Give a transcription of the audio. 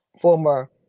former